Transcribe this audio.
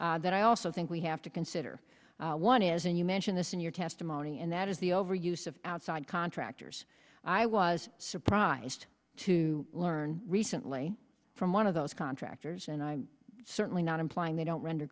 member that i also think we have to consider one is and you mentioned this in your testimony and that is the over use of outside contractors i was surprised to learn recently from one of those contractors and i'm certainly not implying they don't render